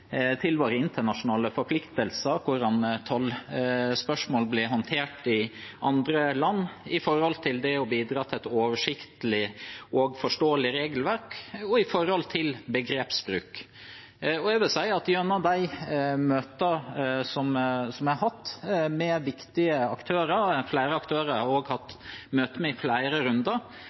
våre internasjonale forpliktelser og hvordan tollspørsmål blir håndtert i andre land, det gjelder med tanke på å bidra til et oversiktlig og forståelig regelverk og med tanke på begrepsbruk. Jeg vil si at gjennom de møtene jeg har hatt med viktige aktører – flere aktører har jeg også hatt møte med i flere runder